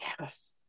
yes